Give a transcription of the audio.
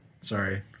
Sorry